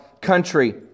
country